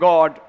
God